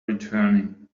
returning